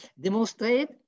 demonstrate